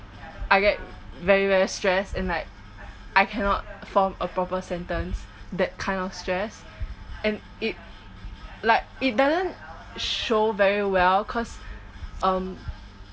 I get very very stressed and like I cannot form a proper sentence that kind of stress and it like it doesn't show very well cause um